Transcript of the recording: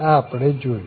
આ આપણે જોયું